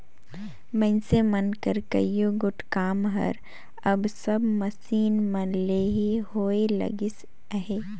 मइनसे मन कर कइयो गोट काम हर अब सब मसीन मन ले ही होए लगिस अहे